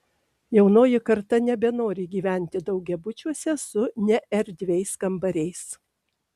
jaunoji karta nebenori gyventi daugiabučiuose su neerdviais kambariais